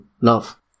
love